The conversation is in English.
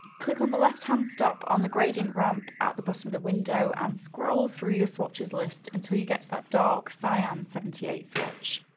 click on the left-hand stop on the gradient ramp at the bottom of the window and scroll through your swatches list until you get to that dark cyan seventy eight swatch.